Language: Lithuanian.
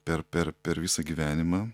per per per visą gyvenimą